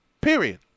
Period